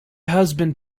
husband